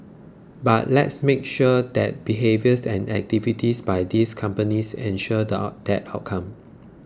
but let's make sure that behaviours and activities by these companies ensure that outcome